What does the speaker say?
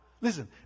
Listen